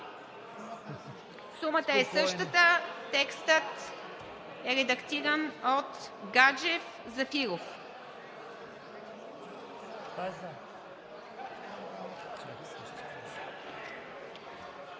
Сумата е същата, текстът е редактиран от Гаджев, Зафиров.